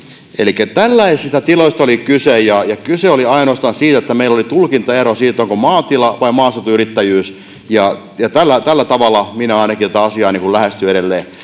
elikkä tällaisista tiloista oli kyse ja ja kyse oli ainoastaan siitä että meillä oli tulkintaero onko maatila vai maaseutuyrittäjyys ja ja tällä tavalla minä ainakin tätä asiaa lähestyn edelleen